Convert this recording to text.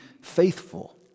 faithful